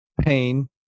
pain